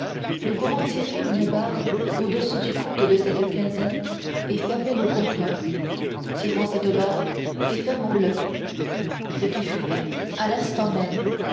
nous pouvons tirer une barre au-dessous du compte de cette quinzaine et fermer nos comptoirs tirons cette barre et fermons le ce qui fut fait à l'instant même